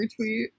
retweet